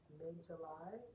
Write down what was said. mid-July